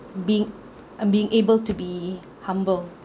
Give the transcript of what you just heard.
being uh being able to be humble